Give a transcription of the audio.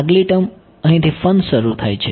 આગલી ટર્મ અહીંથી ફન શરૂ થાય છે